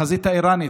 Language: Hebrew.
בחזית האיראנית,